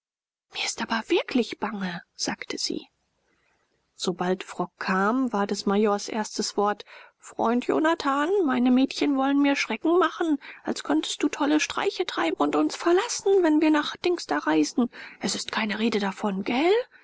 mir ist aber wirklich bange sagte sie sobald frock kam war des majors erstes wort freund jonathan meine mädchen wollen mir schrecken machen als könntest du tolle streiche treiben und uns verlassen wenn wir nach dings da reisen es ist keine rede davon gelt